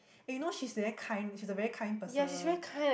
and you know she's very kind she's a very kind person